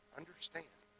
understand